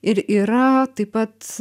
ir yra taip pat